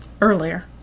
Earlier